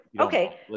Okay